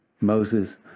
Moses